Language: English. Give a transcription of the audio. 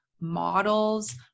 models